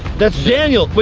that's daniel, wait,